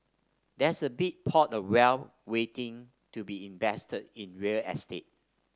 there's a big pot of wealth waiting to be invested in real estate